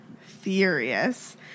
furious